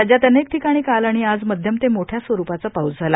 राज्यात अनेक ठिकाणी काल आणि आज मध्यम ते मोठ्या स्वरुपाचा पाऊस झाला